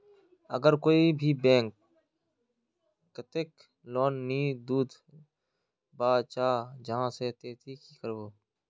अगर कोई भी बैंक कतेक लोन नी दूध बा चाँ जाहा ते ती की करबो?